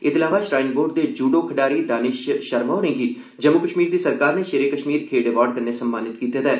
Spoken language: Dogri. एहदे अलावा श्राईन बोर्ड दे जूडो खड्ढारी दानिश शर्मा होरेंगी जम्मू कश्मीर दी सरकार नै शेरे कश्मीर खेड्ढ अवार्ड कल्नै सम्मानित कीते दा ऐ